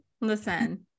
Listen